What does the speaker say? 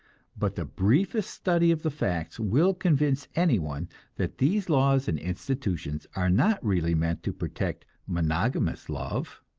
but the briefest study of the facts will convince anyone that these laws and institutions are not really meant to protect monogamous love.